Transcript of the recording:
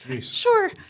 sure